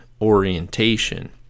orientation